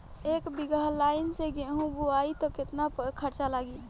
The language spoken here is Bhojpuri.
एक बीगहा लाईन से गेहूं बोआई में केतना खर्चा लागी?